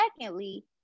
Secondly